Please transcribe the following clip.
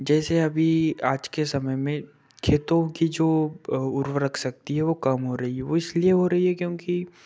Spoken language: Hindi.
जैसे अभी आज के समय में खेतों की जो उर्वरक शक्ति है वो कम हो रही है वो इसलिए हो रही है क्योंकि